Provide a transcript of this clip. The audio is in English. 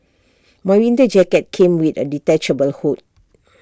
my winter jacket came with A detachable hood